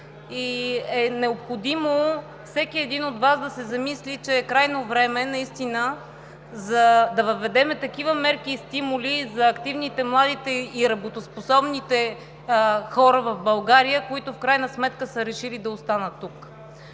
Необходимо е всеки един от Вас да се замисли, че е крайно време наистина да въведем такива мерки и стимули за активните, младите и работоспособните хора в България, които в крайна сметка са решили да останат тук.